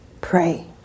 Pray